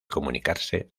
comunicarse